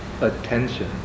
attention